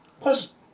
Plus